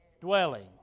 dwelling